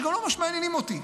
הם גם לא ממש מעניינים אותי,